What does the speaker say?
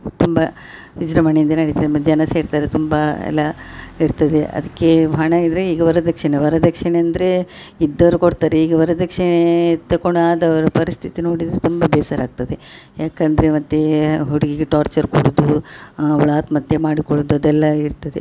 ತುಂಬ ವಿಜೃಂಭಣೆಯಿಂದ ನಡಿತದೆ ಮ ಜನ ಸೇರ್ತಾರೆ ತುಂಬಾ ಎಲ್ಲ ಇರ್ತದೆ ಅದಕ್ಕೆ ಹಣ ಇದ್ದರೆ ಈಗ ವರದಕ್ಷಿಣೆ ವರದಕ್ಷಿಣೆ ಅಂದರೆ ಇದ್ದೋರು ಕೊಡ್ತಾರೆ ಈಗ ವರದಕ್ಷಿಣೆ ತಗೊಂಡು ಆದವ್ರ ಪರಿಸ್ಥಿತಿ ನೋಡಿದರೆ ತುಂಬ ಬೇಸರ ಆಗ್ತದೆ ಯಾಕಂದರೆ ಮತ್ತು ಹುಡುಗಿಗೆ ಟಾರ್ಚರ್ ಕೊಡುದು ಅವಳು ಆತ್ಮಹತ್ಯೆ ಮಾಡಿಕೊಳ್ಳುದು ಅದೆಲ್ಲ ಇರ್ತದೆ